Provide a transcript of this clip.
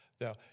Now